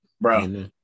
bro